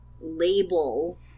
label